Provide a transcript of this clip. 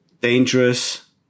dangerous